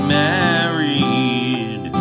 married